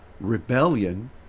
rebellion